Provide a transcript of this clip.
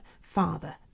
father